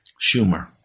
Schumer